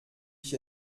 ich